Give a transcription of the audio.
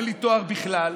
אין לי תואר בכלל.